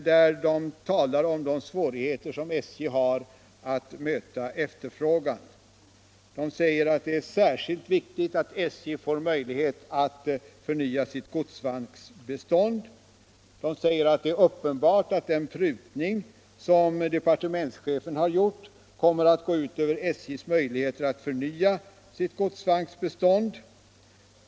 I motionen talas om de svårigheter SJ har att möta efterfrågan. Motionärerna säger att det är särskilt viktigt att SJ får möjlighet att förnya sitt godsvagnsbestånd och att det är uppenbart att den prutning som departementschefen gjort kommer att gå ut över SJ:s möjligheter att förnya sitt godsvagnsbestånd.